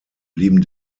blieben